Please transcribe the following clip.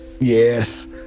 yes